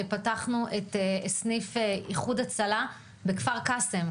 פתחנו את סניף איחוד הצלה בכפר קאסם,